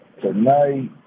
tonight